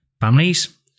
families